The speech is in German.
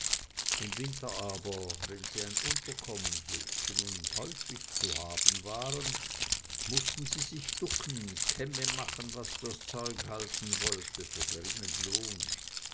im winter aber wenn sie ein unterkommen suchten und häufig zu haben waren mußten sie sich ducken kämme machen was das zeug halten wollte für geringen lohn